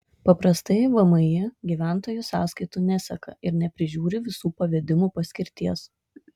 paprastai vmi gyventojų sąskaitų neseka ir neprižiūri visų pavedimų paskirties